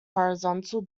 horizontal